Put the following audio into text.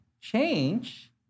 Change